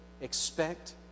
Expect